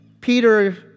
Peter